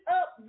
up